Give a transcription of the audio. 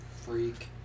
Freak